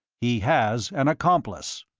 he has an accomplice,